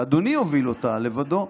שאדוני יוביל אותה לבדו,